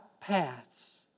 paths